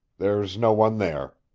there's no one there.